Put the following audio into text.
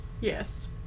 Yes